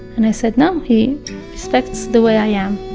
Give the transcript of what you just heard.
and i said, no. he respects the way i am.